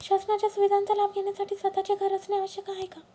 शासनाच्या सुविधांचा लाभ घेण्यासाठी स्वतःचे घर असणे आवश्यक आहे का?